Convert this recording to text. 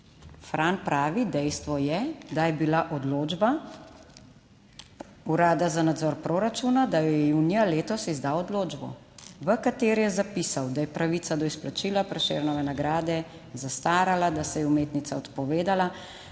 Fran pravi, dejstvo je, da je bila odločba Urada za nadzor proračuna da je junija letos izdal odločbo, v kateri je zapisal, da je pravica do izplačila Prešernove nagrade zastarala, da se je umetnica odpovedala,